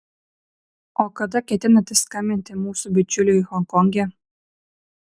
o kada ketinate skambinti mūsų bičiuliui honkonge